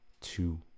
two